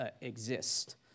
exist